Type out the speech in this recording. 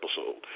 episode